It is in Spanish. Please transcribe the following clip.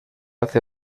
hace